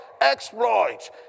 Exploits